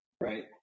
Right